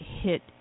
hit